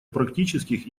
практических